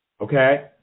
okay